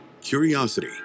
curiosity